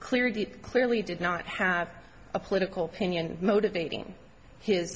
clearly clearly did not have a political pinioned motivating his